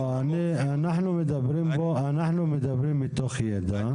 אנחנו מדברים מתוך ידע,